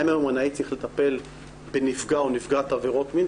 האם היומנאי צריך לטפל בנפגע או נפגעת עבירות מין?